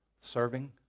serving